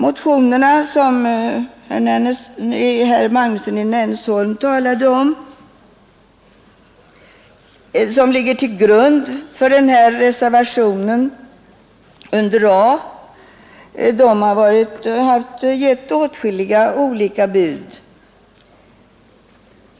Motionerna som ligger till grund för reservationen vid punkten A och som herr Magnusson i Nennesholm talade för har givit åtskilliga olika bud.